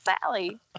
Sally